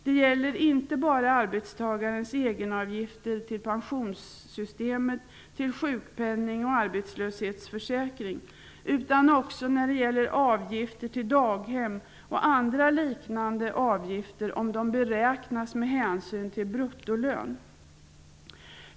Det gäller inte bara arbetstagarnas egenavgifter till pensionssystemet, till sjukpenning och arbetslöshetsförsäkring utan också avgifter till daghem m.m. om de beräknas med hänsyn till bruttolön.